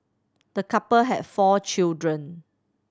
the couple had four children